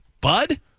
Bud